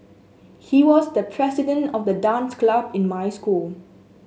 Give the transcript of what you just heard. he was the president of the dance club in my school